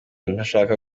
ntashaka